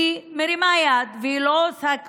היא מרימה יד ולא עושה כלום,